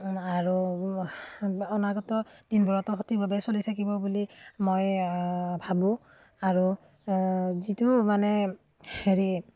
আৰু অনাগত দিনবোৰত সঠিকভাৱেই চলি থাকিব বুলি মই ভাবোঁ আৰু যিটো মানে হেৰি